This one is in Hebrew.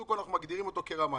קודם כול, אנחנו מגדירים אותו כרמאי.